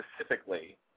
specifically